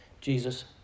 Jesus